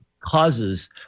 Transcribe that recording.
causes